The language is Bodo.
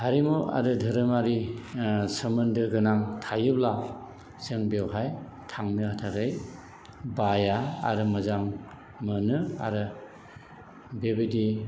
हारिमु आरो धोरोमारि सोमोन्दो गोनां थायोब्ला जों बेवहाय थांनो थाखाय बाया आरो मोजां मोनो आरो बेबायदि